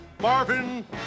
Marvin